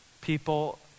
people